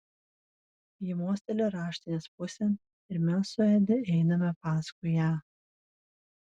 ji mosteli raštinės pusėn ir mes su edi einame paskui ją